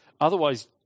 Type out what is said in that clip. Otherwise